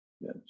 yes